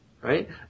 Right